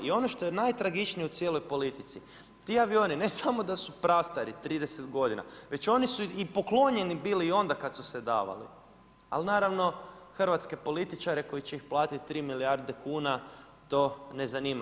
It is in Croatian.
I ono što je najtragičnije u cijeloj politici, ti avioni ne samo da su prastari 30 godina, već oni su i poklonjeni bili i onda kad su se davali, ali naravno hrvatske političare koji će ih platiti 3 milijarde kuna, to ne zanima.